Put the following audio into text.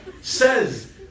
says